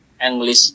English